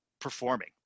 performing